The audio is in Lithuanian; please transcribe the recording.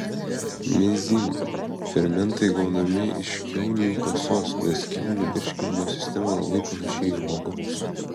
mezym fermentai gaunami iš kiaulių kasos nes kiaulių virškinimo sistema labai panaši į žmogaus